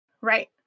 Right